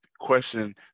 question